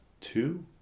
two